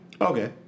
Okay